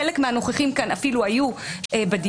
חלק מהנוכחים כאן אפילו היו בדיונים.